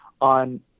on